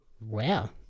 Wow